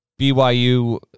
BYU